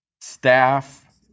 staff